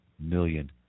million